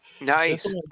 Nice